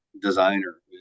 designer